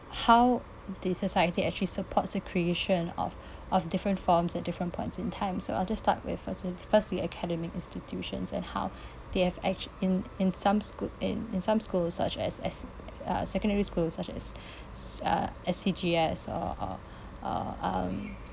how the society actually supports a creation of of different forms at different points in time so I'll just start with fir~ first with academic institutions and how they have act~ in in some school in in some schools such as as uh secondary schools such as uh S_C_G_S or uh uh um